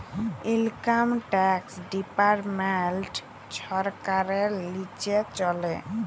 income tax department ছরকারের লিচে চলে